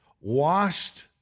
Washed